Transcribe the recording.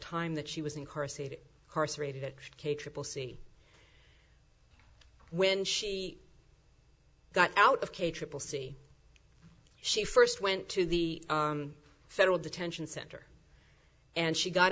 time that she was incarcerated horse rated k triple c when she got out of k triple c she first went to the federal detention center and she got